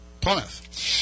Plymouth